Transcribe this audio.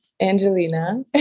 angelina